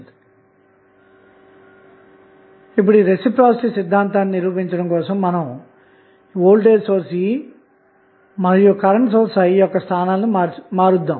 కాబట్టిగరిష్ట power బదిలీసిద్ధాంతాన్నీ అర్ధం చేసుకోవడానికి ఒక ఉదాహరణ తీసుకుందాం